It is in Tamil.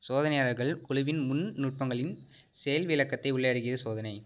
சோதனையாளர்கள் குழுவின் முன் நுட்பங்களின் செயல்விளக்கத்தை உள்ளடக்கிய சோதனை